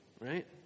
Right